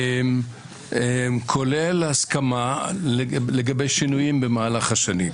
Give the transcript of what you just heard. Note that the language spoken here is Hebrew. כולל הסכמה לגבי שינויים במהלך השנים.